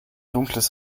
dunkles